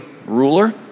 ruler